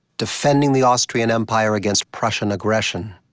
defending the austrian empire against prussian aggression.